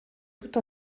toute